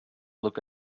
look